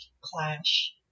clash